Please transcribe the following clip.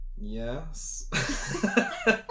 yes